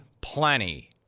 plenty